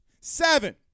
Seven